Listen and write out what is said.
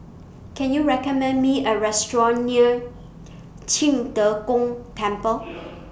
Can YOU recommend Me A Restaurant near Qing De Gong Temple